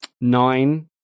nine